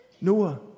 Noah